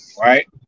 Right